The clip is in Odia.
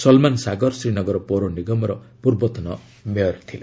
ସଲମାନ ସାଗର ଶ୍ରୀନଗର ପୌର ନିଗମର ପୂର୍ବତନ ମେୟର ଥିଲେ